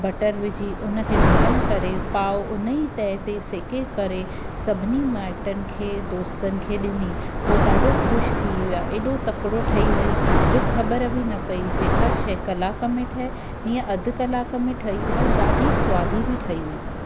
butter विझी उन खे गरम करे पाव उन ई तए ते सेके करे सभिनी माइटनि खे दोस्तनि खे ॾिनी उहो ॾाढो ख़ुशि थी विया एॾो तकिड़ो ठही वई जो ख़बर बि न पई जेका शइ कलाक में ठहे हीअं अध कलाक में ठही ऐं ॾाढी सवादी बि ठही